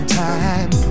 time